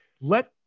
Let